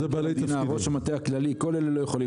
ראש המטה הכללי כול אלה לא יכולים.